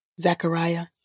Zechariah